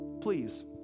please